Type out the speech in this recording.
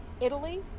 Italy